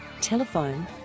Telephone